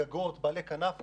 הגגות ובעלי הכנף.